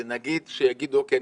נגיד שיגידו אוקיי,